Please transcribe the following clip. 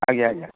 ଆଜ୍ଞା ଆଜ୍ଞା